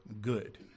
good